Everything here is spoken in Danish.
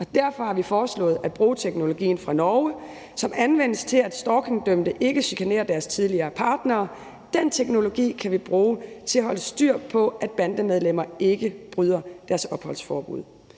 derfor har vi foreslået at bruge teknologien fra Norge, som anvendes til, at stalkingdømte ikke chikanerer deres tidligere partnere. Den teknologi kan vi bruge til at holde styr på, at bandemedlemmer ikke bryder deres opholdsforbud.